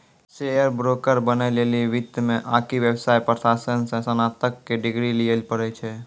share broker बनै लेली वित्त मे आकि व्यवसाय प्रशासन मे स्नातक के डिग्री लिये पड़ै छै